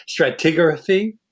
stratigraphy